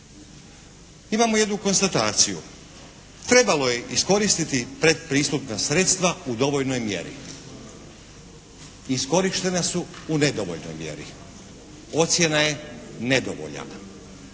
Imamo jednu konstataciju. Trebalo je iskoristiti predpristupna sredstva u dovoljnoj mjeri. Iskorištena su u nedovoljnoj mjeri. Ocjena je nedovoljan.